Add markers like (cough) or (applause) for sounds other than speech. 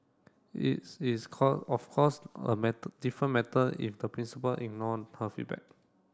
its is call of course a (unintelligible) different matter if the principal ignore her feedback